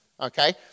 Okay